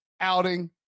outing